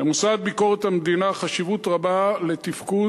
למוסד ביקורת המדינה יש חשיבות רבה לתפקוד,